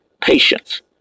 patience